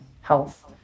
health